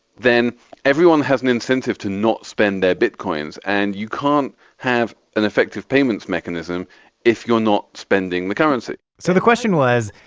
then everyone has an incentive to not spend their bitcoins. and you can't have an effective payments mechanism if you're not spending the currency so the question was,